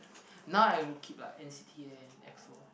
and stuff now I only keep like N_C_T and Exo